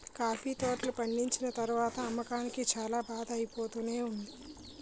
coffee తోటలు పండిచ్చిన తరవాత అమ్మకానికి చాల బాధ ఐపోతానేది